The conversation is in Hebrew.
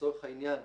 לצורך העניין,